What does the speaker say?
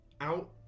out